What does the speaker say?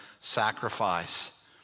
sacrifice